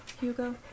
hugo